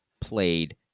played